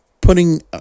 putting